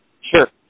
Sure